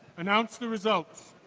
announce the results.